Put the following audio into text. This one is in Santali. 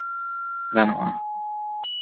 ᱜᱟᱱᱚᱜᱼᱟ